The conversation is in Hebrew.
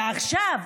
ועכשיו,